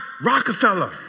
Rockefeller